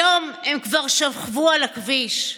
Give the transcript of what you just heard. היום הם כבר שכבו על הכביש.